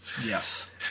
Yes